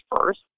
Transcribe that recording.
first